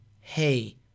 hey